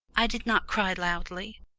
i did not cry loudly.